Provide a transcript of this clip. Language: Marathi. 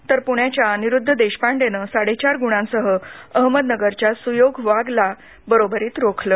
तर पुण्याच्या अनिरुद्ध देशपांडेनं साडेचार गुणांसह अहमदनगरच्या सुयोग वाघला बरोबरीत रोखलं